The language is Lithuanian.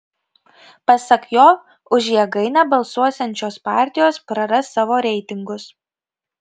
pasak jo už jėgainę balsuosiančios partijos praras savo reitingus